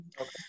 Okay